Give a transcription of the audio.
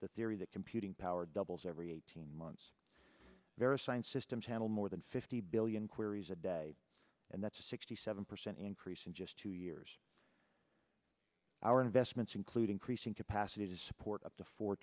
the theory that computing power doubles every eighteen months veri sign's systems handle more than fifty billion queries a day and that's a sixty seven percent increase in just two years our investments including creasing capacity to support up to four